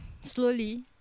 slowly